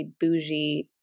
bougie